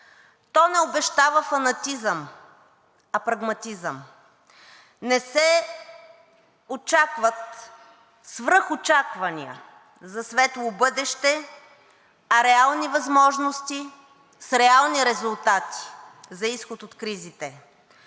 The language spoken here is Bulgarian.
То не обещава фанатизъм, а прагматизъм. Няма свръхочаквания за светло бъдеще, а реални възможности с реални резултати за изход от кризите.